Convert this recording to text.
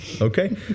Okay